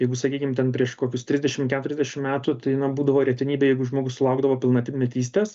jeigu sakykim ten prieš kokius trisdešim keturiasdešim metų tai na būdavo retenybė jeigu žmogus sulaukdavo pilnatmetystės